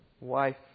wife